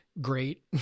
great